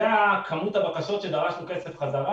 זו כמות הבקשות שדרשנו כסף חזרה,